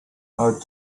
how